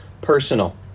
personal